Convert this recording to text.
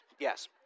yes